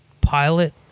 pilot